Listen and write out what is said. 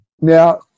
Now